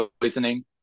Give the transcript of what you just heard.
poisoning